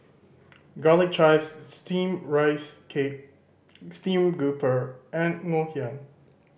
Garlic Chives Steamed Rice Cake stream grouper and Ngoh Hiang